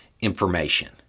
information